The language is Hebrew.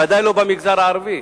ודאי שלא במגזר הערבי.